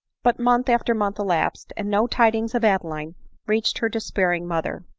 but month after month elapsed, and no tidings of adeline reached her despairing mother.